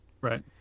Right